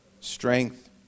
strength